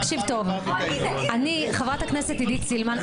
אני חברת הכנסת עידית סילמן.